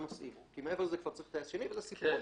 נוסעים כי מעבר לזה כבר צריך טייס שני וזה סיפור אחר.